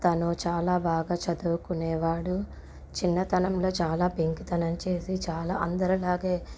తను చాలా బాగా చదువుకునేవాడు చిన్నతనంలో చాలా పెంకితనం చేసి చాలా అందరిలాగే